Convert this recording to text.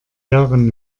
jahren